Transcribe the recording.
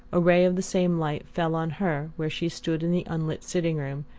a ray of the same light fell on her where she stood in the unlit sitting-room,